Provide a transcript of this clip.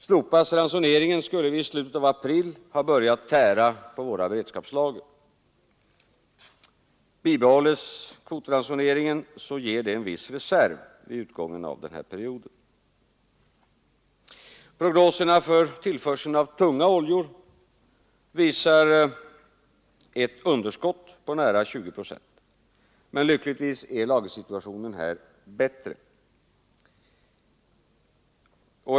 Slopas ransoneringen skulle vi i slutet av april ha börjat tära på våra beredskapslager. Bibehålls kvotransoneringen ger det en viss reserv vid utgången av den här perioden. Prognoserna för tillförseln av tunga oljor visar ett underskott på nära 20 procent, men lyckligtvis är lagersituationen här bättre.